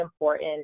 important